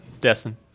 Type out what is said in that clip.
Destin